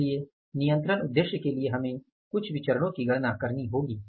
इसलिए नियंत्रण उद्देश्य के लिए हमें कुछ विचरणो की गणना करनी होगी